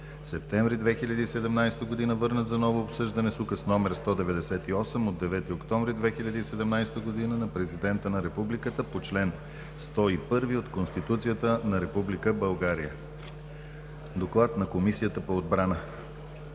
септември 2017 г., върнат за ново обсъждане с Указ № 198 от 9 октомври 2017 г. на президента на Републиката по чл. 101 от Конституцията на Република България. С Доклада на Комисията по отбрана